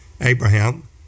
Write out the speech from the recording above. Abraham